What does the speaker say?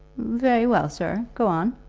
very well, sir. go on.